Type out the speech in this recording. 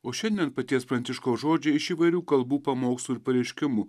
o šiandien paties pranciškaus žodžiai iš įvairių kalbų pamokslų ir pareiškimų